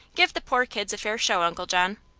give the poor kids a fair show, uncle john.